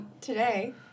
Today